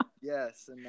Yes